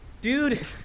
dude